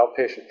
outpatient